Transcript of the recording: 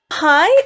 Hi